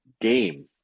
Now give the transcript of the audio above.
game